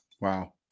Wow